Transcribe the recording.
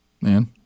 man